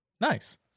Nice